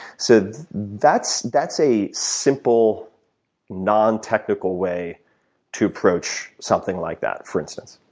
so that's that's a simple nontechnical way to approach something like that, for instance.